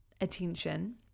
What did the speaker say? attention